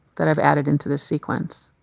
that i've added into this sequence.